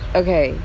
okay